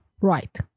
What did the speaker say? Right